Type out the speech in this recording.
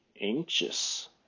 anxious